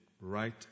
right